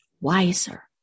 wiser